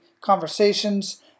conversations